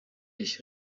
ich